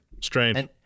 Strange